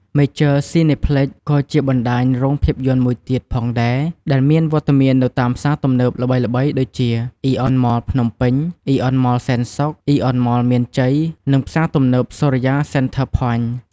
មេចឺ ស៊ីណេផ្លិច (Major Cineplex) ក៏ជាបណ្តាញរោងភាពយន្តយក្សមួយទៀតផងដែរ ដែលមានវត្តមាននៅតាមផ្សារទំនើបល្បីៗដូចជា អ៊ីអនមល ភ្នំពេញ, អ៊ីអនមលសែនសុខ, អ៊ីអនមលមានជ័យ និង ផ្សារទំនើបសូរិយា សេនធើ ភ័ញធ៍ (Sorya Center Point)។